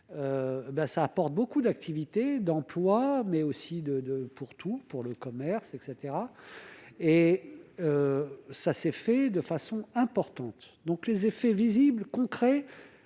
ça. Pour beaucoup d'activité d'emploi mais aussi de de pour tous, pour le commerce caetera et ça s'est fait de façon importante, donc les effets visibles concret,